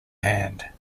hand